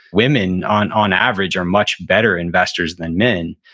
women on on average are much better investors than men.